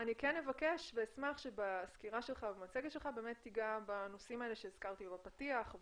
אני אבקש ואשמח שבסקירה שלך תיגע בנושאים האלה שהזכרתי בפתיח.